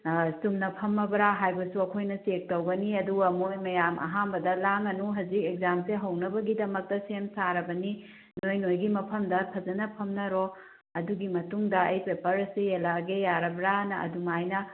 ꯆꯨꯝꯅ ꯐꯝꯃꯕ꯭ꯔꯥ ꯍꯥꯏꯕꯁꯨ ꯑꯩꯈꯣꯏꯅ ꯆꯦꯛ ꯇꯧꯒꯅꯤ ꯑꯗꯨꯒ ꯃꯣꯏ ꯃꯌꯥꯝ ꯑꯍꯥꯟꯕꯗ ꯂꯥꯡꯒꯅꯨ ꯍꯧꯖꯤꯛ ꯑꯦꯛꯖꯥꯝꯁꯦ ꯍꯧꯅꯕꯒꯤꯗꯃꯛꯇ ꯁꯦꯝ ꯁꯥꯔꯕꯅꯤ ꯅꯣꯏ ꯅꯣꯏꯒꯤ ꯃꯐꯝꯗ ꯐꯖꯅ ꯐꯝꯅꯔꯣ ꯑꯗꯨꯒꯤ ꯃꯇꯨꯡꯗ ꯑꯩ ꯄꯦꯄꯔ ꯑꯁꯤ ꯌꯦꯜꯂꯛꯑꯒꯦ ꯌꯥꯔꯕ꯭ꯔꯥꯅ ꯑꯗꯨꯃꯥꯏꯅ